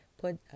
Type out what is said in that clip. put